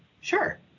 sure